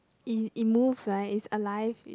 it it moves right it's alive